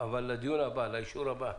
אבל לאישור הבא,